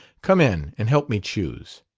come in, and help me choose.